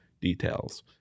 details